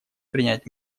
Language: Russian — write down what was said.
принять